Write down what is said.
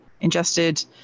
ingested